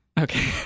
okay